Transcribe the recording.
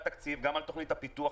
גם על התקציב וגם על תוכנית הפיתוח,